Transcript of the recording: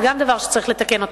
זה גם דבר שצריך לתקן אותו.